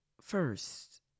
first